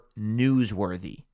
newsworthy